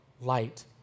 light